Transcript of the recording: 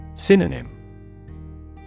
Synonym